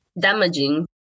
damaging